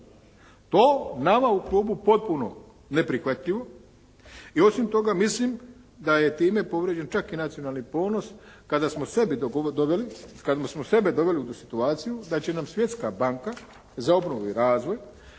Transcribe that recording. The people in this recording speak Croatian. je nama u klubu neprihvatljivo i osim toga mislim da je time povrijeđen čak i nacionalni ponos kada smo sebe doveli u situaciju da će nam Svjetska banka za obnovu i razvoj